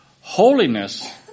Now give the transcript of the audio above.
Holiness